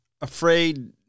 afraid